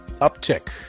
uptick